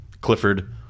Clifford